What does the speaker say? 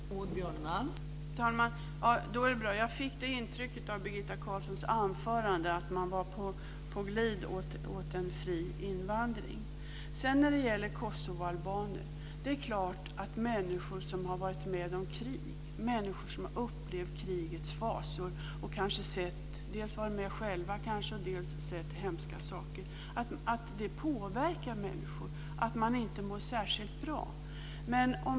Fru talman! Då är det bra. Jag fick det intrycket av Birgitta Carlssons anförande att man var på glid mot en fri invandring. När det gäller kosovoalbaner är det klart att människor som har varit med om krig, som har upplevt krigets fasor, som kanske själva varit med och som sett hemska saker blir påverkade och inte mår särskilt bra.